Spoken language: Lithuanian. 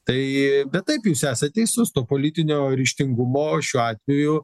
tai bet taip jūs esat teisus to politinio ryžtingumo šiuo atveju